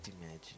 imagine